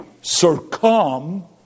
succumb